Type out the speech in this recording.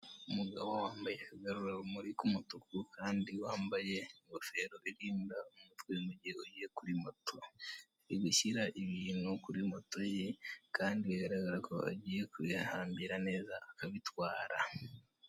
Umugabo wambaye agarura rumuri k'umutuku kandi wambaye ingofero irinda umutwe mugihe ugiye kuri moto, arigushyira ibintu kuri moto ye kandi bigaragara ko agiye kuhambira neza akabitwara.